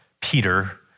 Peter